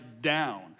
down